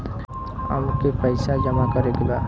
अमके पैसा फिक्स करे के बा?